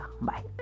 Bye